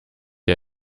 ihr